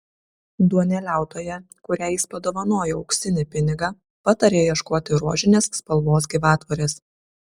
duoneliautoja kuriai jis padovanoja auksinį pinigą pataria ieškoti rožinės spalvos gyvatvorės